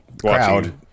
crowd